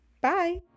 Bye